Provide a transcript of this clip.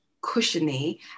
cushiony